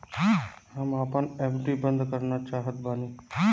हम आपन एफ.डी बंद करना चाहत बानी